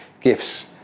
gifts